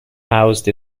housed